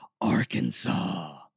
arkansas